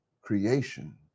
creation